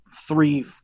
three